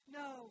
no